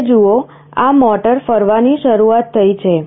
હવે જુઓ આ મોટર ફરવાની શરૂઆત થઈ છે